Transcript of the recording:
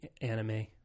anime